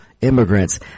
immigrants